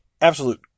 absolute